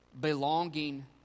belonging